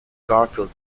garfield